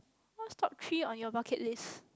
what's top three on you bucket list